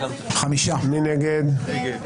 מי נמנע?